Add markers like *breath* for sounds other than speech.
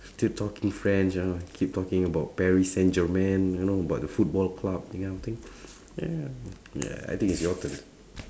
talking french you know keep talking about paris saint-germain you know about the football club that kind of thing ya *breath* yeah yeah I think is your turn